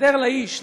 יסדר לאיש,